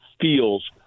feels